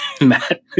Matt